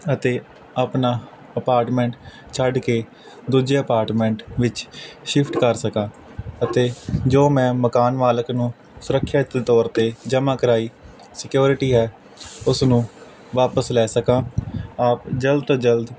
ਅਤੇ ਆਪਣਾ ਅਪਾਰਟਮੈਂਟ ਛੱਡ ਕੇ ਦੂਜੇ ਅਪਾਰਟਮੈਂਟ ਵਿੱਚ ਸ਼ਿਫਟ ਕਰ ਸਕਾਂ ਅਤੇ ਜੋ ਮੈਂ ਮਕਾਨ ਮਾਲਕ ਨੂੰ ਸੁਰੱਖਿਆ ਦੇ ਤੌਰ 'ਤੇ ਜਮ੍ਹਾਂ ਕਰਵਾਈ ਸਿਕਿਉਰਿਟੀ ਹੈ ਉਸ ਨੂੰ ਵਾਪਸ ਲੈ ਸਕਾਂ ਆਪ ਜਲਦ ਤੋਂ ਜਲਦ